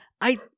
I-